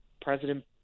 President